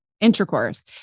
intercourse